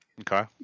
Okay